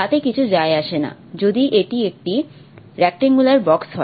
তাতে কিছু যায় আসে না যদি এটি একটি রেক্ট্যাঙ্গুলার বক্স হয়